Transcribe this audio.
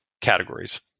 categories